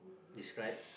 describe